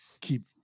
keep